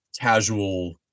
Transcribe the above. casual